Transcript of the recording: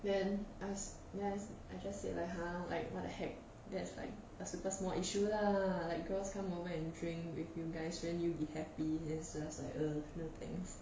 then us nice I just said like !huh! like what the heck that's like a super small issue lah like girls come over and drink with you guys shouldn't you be happy then he's just like ugh no thanks